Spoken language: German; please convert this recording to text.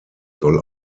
soll